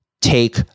take